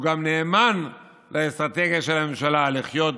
הוא גם נאמן לאסטרטגיה של הממשלה לחיות